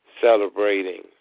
celebrating